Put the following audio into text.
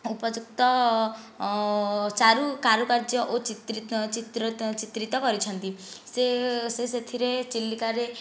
ଉପଯୁକ୍ତ ଚାରୁ କାରୁକାର୍ଯ୍ୟ ଓ ଚିତ୍ରିତ ଚିତ୍ରି ଚିତ୍ରିତ କରିଛନ୍ତି ସେ ସେ ସେଥିରେ ଚିଲିକାରେ